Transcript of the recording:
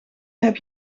heb